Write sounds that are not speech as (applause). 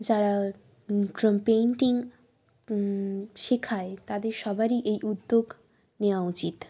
যারা (unintelligible) পেন্টিং শেখায় তাদের সবারই এই উদ্যোগ নেওয়া উচিত